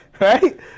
right